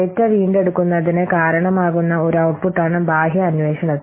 data വീണ്ടെടുക്കുന്നതിന് കാരണമാകുന്ന ഒരു ഔട്ട്പുട്ടാണ് ബാഹ്യ അന്വേഷണത്തിൽ